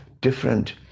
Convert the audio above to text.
different